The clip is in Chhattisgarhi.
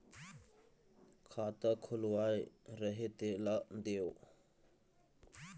खाता खुलवाय रहे तेला देव?